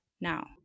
now